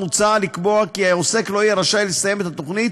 מוצע לקבוע כי העוסק לא יהיה רשאי לסיים את התוכנית